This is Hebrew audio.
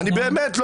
באמת,